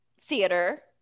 theater